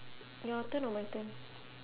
your turn or my turn